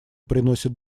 приносят